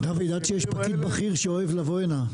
דוד, עד שיש פקיד בכיר שאוהב לבוא הנה.